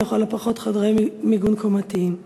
או לכל הפחות חדרי מיגון קומתיים.